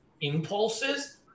impulses